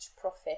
profit